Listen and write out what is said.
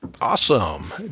Awesome